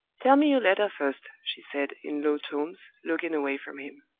tell me your letter first, she said, in low tones, looking away from him.